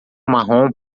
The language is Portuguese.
marrom